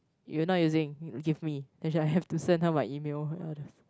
you're not using give me then eh shit I have to send her my email